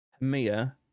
Mia